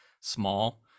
small